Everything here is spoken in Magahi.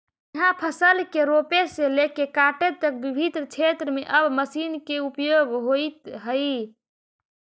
इहाँ फसल के रोपे से लेके काटे तक विभिन्न क्षेत्र में अब मशीन के उपयोग होइत हइ